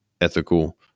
ethical